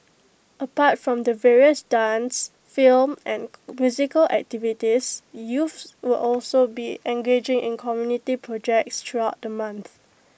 apart from the various dance film and musical activities youths will also be engaging in community projects throughout the month